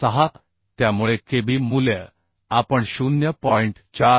46 त्यामुळे kb मूल्य आपण 0